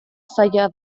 zaila